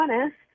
honest